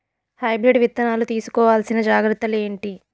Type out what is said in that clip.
Hybrid విత్తనాలు తీసుకోవాల్సిన జాగ్రత్తలు ఏంటి?